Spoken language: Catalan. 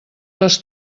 les